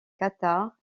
cathares